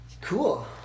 cool